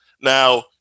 Now